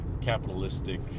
capitalistic